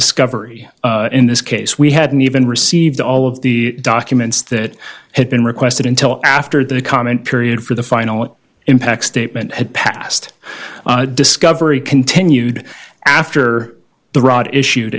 discovery in this case we hadn't even received all of the documents that had been requested until after the comment period for the final impact statement had passed discovery continued after the rot issued